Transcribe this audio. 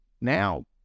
Now